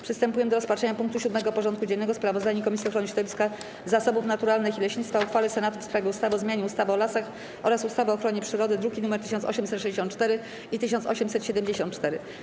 Przystępujemy do rozpatrzenia punktu 7. porządku dziennego: Sprawozdanie Komisji Ochrony Środowiska, Zasobów Naturalnych i Leśnictwa o uchwale Senatu w sprawie ustawy o zmianie ustawy o lasach oraz ustawy o ochronie przyrody (druki nr 1864 i 1874)